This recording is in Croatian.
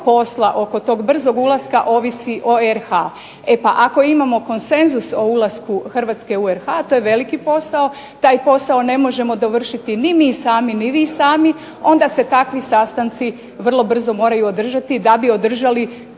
posla oko tog brzog ulaska ovisi o RH. E ako imamo konsenzus o ulasku Hrvatske u ... to je veliki posao taj posao ne možemo dovršiti ni mi sami ni vi sami, onda se takvi sastanci vrlo brzo moraju održati da bi održali